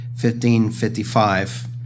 1555